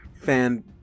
fan